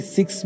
Six